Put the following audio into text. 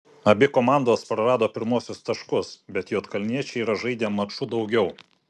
abi komandos prarado pirmuosius taškus bet juodkalniečiai yra žaidę maču daugiau